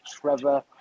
Trevor